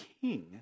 king